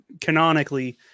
canonically